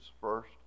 first